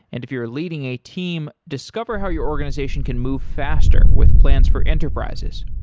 and if you're leading a team, discover how your organization can move faster with plans for enterprises.